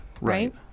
right